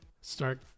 start